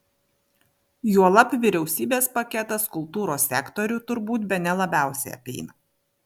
juolab vyriausybės paketas kultūros sektorių turbūt bene labiausiai apeina